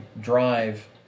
drive